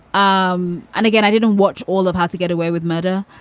um and again, i didn't watch all of how to get away with murder,